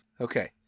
Okay